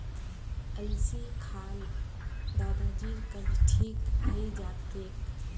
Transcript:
अलसी खा ल दादाजीर कब्ज ठीक हइ जा तेक